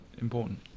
important